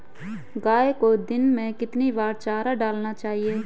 गाय को दिन में कितनी बार चारा डालना चाहिए?